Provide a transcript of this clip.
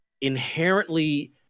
inherently